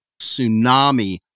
tsunami